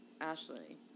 ashley